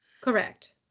Correct